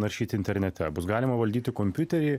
naršyti internete bus galima valdyti kompiuterį